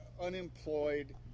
unemployed